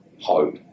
hope